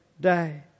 day